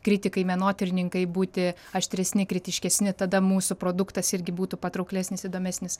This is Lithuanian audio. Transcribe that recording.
kritikai menotyrininkai būti aštresni kritiškesni tada mūsų produktas irgi būtų patrauklesnis įdomesnis